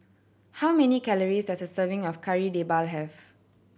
how many calories does a serving of Kari Debal have